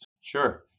Sure